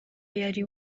yari